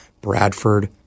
Bradford